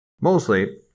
Mostly